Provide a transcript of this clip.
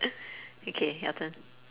okay your turn